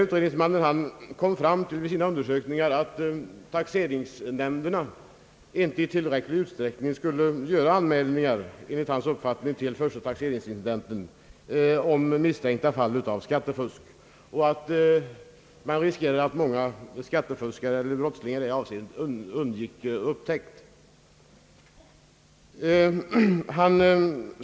Utredningsmannen kom vid sina undersökningar fram till att taxerings nämnderna enligt hans uppfattning inte i tillräcklig utsträckning gjorde anmälningar till förste taxeringsintendenten om misstänkta fall av skattefusk, och att man riskerade att många brottslingar i det avseendet undgick upptäckt.